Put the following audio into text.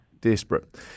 desperate